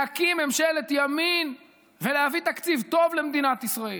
להקים ממשלת ימין ולהביא תקציב טוב למדינת ישראל.